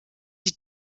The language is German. die